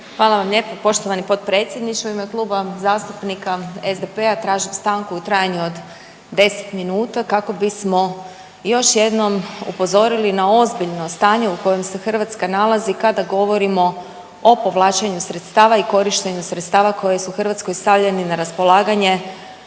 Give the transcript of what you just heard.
Hvala vam lijepo poštovani potpredsjedniče. U ime Kluba zastupnika SDP-a tražim stanku u trajanju od 10 minuta kako bismo još jednom upozorili na ozbiljno stanje u kojem se Hrvatska nalazi kada govorimo o povlačenju sredstava i korištenju sredstava koje su Hrvatskoj stavljeni na raspolaganje